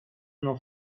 mną